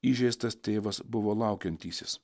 įžeistas tėvas buvo laukiantysis